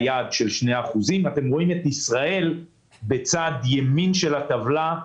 היעד של 2%. אתם רואים את ישראל בצד ימין של הטבלה.